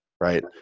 right